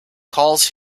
calls